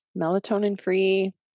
melatonin-free